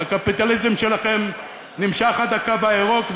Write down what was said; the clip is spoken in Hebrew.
הקפיטליזם שלכם נמשך עד הקו הירוק,